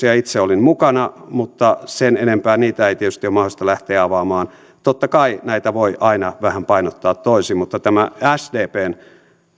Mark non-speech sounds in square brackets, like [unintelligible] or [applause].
[unintelligible] ja itse olin mukana mutta sen enempää niitä ei tietysti ole mahdollista lähteä avaamaan totta kai näitä aina voi painottaa vähän toisin mutta tämä sdpn